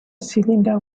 cylinder